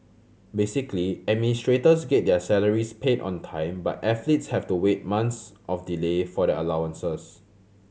basically administrators get their salaries paid on time but athletes have to wait months of delay for their allowances